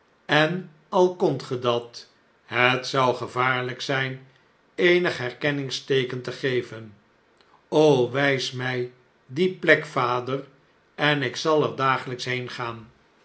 en al kondt ge dat het zougevaarljjk zjjn eenig herkenningsteeken te geven wijs mij die plek vader en ik zal er dagebj'ks